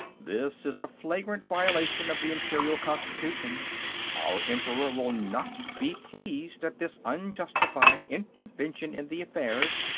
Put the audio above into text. this is a flagrant violation of the imperial constitution our emperor will not be pleased at this unjustified intervention in the affairs,